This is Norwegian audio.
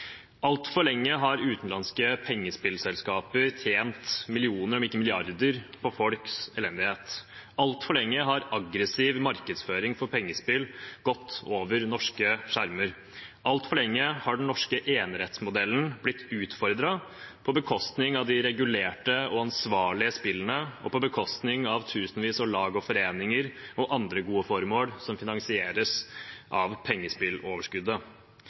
Altfor lenge har utenlandske pengespillselskaper tjent millioner, om ikke milliarder, på folks elendighet. Altfor lenge har aggressiv markedsføring for pengespill gått over norske skjermer. Altfor lenge har den norske enerettsmodellen blitt utfordret, på bekostning av de regulerte og ansvarlige spillene og på bekostning av tusenvis av lag og foreninger og andre gode formål som finansieres av pengespilloverskuddet.